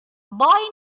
boy